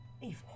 Evening